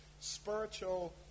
spiritual